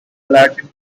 latin